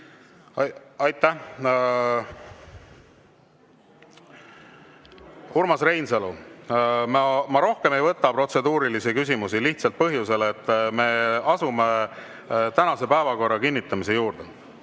Aitäh! Urmas Reinsalu, ma rohkem ei võta protseduurilisi küsimusi lihtsalt sel põhjusel, et me asume tänase päevakorra kinnitamise juurde.